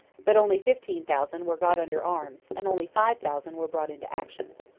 but only fifteen thousand were got under arms and only five thousand were brought into action.